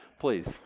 please